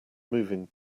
moving